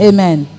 Amen